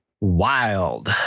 WILD